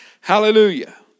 Hallelujah